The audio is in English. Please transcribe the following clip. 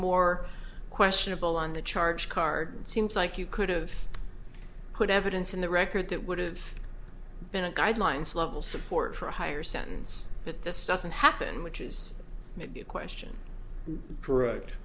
more questionable on the charge card it seems like you could've put evidence in the record that would have been a guidelines level support for a higher sentence but this doesn't happen which is maybe a question correct